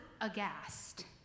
aghast